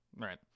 Right